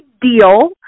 deal